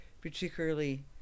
particularly